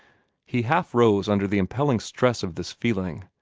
he half rose under the impelling stress of this feeling,